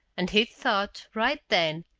and he'd thought, right then,